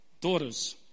daughters